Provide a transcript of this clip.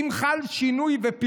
אם חל שינוי, פיחות,